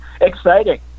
Exciting